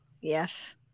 Yes